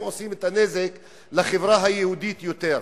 הם עושים את הנזק לחברה היהודית יותר,